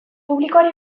publikoari